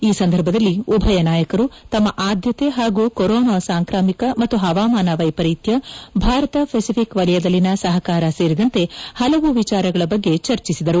ಈ ಸಂದರ್ಭದಲ್ಲಿ ಉಭಯ ನಾಯಕರು ತಮ್ಮ ಆದ್ಯತೆ ಹಾಗೂ ಕೊರೋನಾ ಸಾಂಕ್ರಾಮಿಕ ಮತ್ತು ಹವಾಮಾನ ವ್ಲೆಪರೀತ್ಯ ಭಾರತ ಪೆಸಿಫಿಕ್ ವಲಯದಲ್ಲಿನ ಸಹಕಾರ ಸೇರಿದಂತೆ ಹಲವು ವಿಚಾರಗಳ ಬಗ್ಗೆ ಚರ್ಚಿಸಿದರು